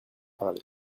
parlé